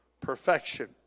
perfection